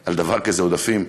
על דבר כזה "עודפים"